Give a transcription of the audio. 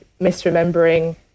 misremembering